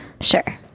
sure